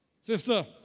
Sister